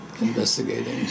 investigating